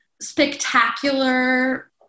spectacular